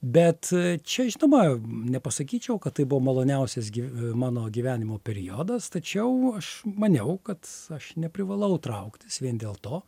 bet čia žinoma nepasakyčiau kad tai buvo maloniausias gi mano gyvenimo periodas tačiau aš maniau kad aš neprivalau trauktis vien dėl to